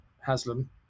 Haslam